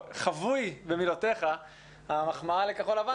שחבויה במילותיך המחמאה לכחול לבן,